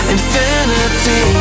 Infinity